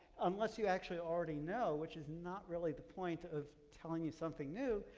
unless you actually already know, which is not really the point of telling you something new,